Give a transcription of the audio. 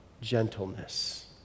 gentleness